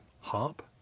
harp